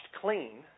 clean